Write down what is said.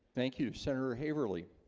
thank you senator haverly